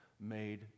made